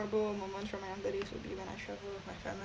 moments from my younger days will be when I travel with my family